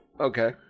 Okay